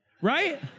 Right